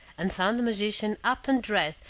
and found the magician up and dressed,